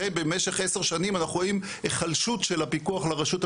במשך עשר שנים אנחנו רואים החלשות של הפיקוח לרשות המבצעת,